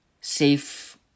safe